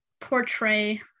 portray